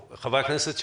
שאלות לחברי הכנסת?